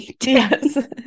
Yes